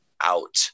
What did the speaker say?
out